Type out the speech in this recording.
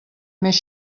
més